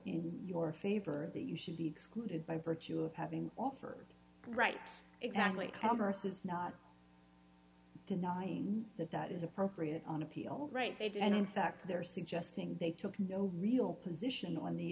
in your favor that you should be excluded by virtue of having offered right exactly commerces not denying that that is appropriate on appeal right they did and in fact they're suggesting they took no real position on the